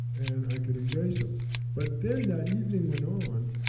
and i could embrace them but then that evening went on,